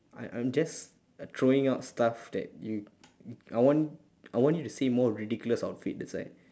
I I'm just throwing out stuff that you I want I want you to say more ridiculous outfit that's why